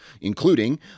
including